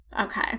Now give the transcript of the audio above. Okay